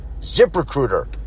ZipRecruiter